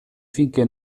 finché